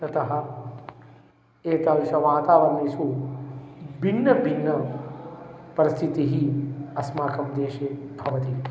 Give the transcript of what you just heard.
ततः एतादृश वातावरणेषु भिन्न भिन्न परिस्थितिः अस्माकं देशे भवति